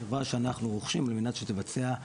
חברה שאנחנו רוכשים על מנת לבצע,